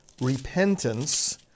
repentance